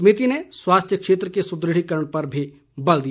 समिति ने स्वास्थ्य क्षेत्र के सुद्रढ़ीकरण पर भी बल दिया